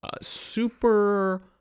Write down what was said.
super